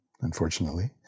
unfortunately